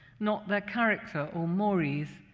not their character or mores,